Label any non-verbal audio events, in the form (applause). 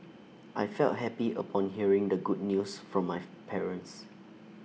I felt happy upon hearing the good news from my (unintelligible) parents